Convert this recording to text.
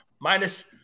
Minus